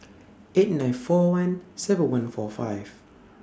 eight nine four one seven one four five